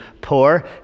poor